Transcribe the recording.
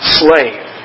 slave